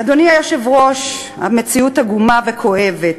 אדוני היושב-ראש, המציאות עגומה וכואבת.